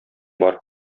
бар